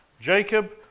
Jacob